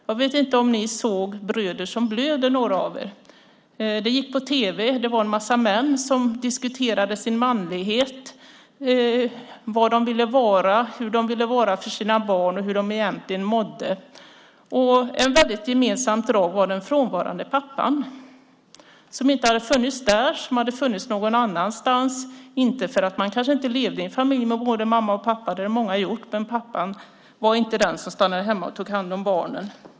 Jag vet inte om några av er såg Bröder som blöder . Det gick på tv. Det var en massa män som diskuterade sin manlighet, vad de ville vara, hur de ville vara för sina barn och hur de egentligen mådde. Ett gemensamt drag var den frånvarande pappan. Han hade inte funnits där utan varit någon annanstans. Det var inte för att man inte levde i familj med både mamma och pappa - det hade många gjort - men pappan var inte den som stannade hemma och tog hand om barnen.